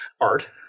art